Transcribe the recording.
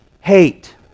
hate